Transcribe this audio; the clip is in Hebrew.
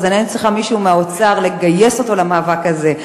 אני צריכה לגייס מישהו מהאוצר למאבק הזה.